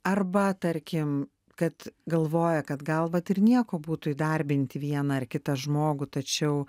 arba tarkim kad galvoja kad gal vat ir nieko būtų įdarbinti vieną ar kitą žmogų tačiau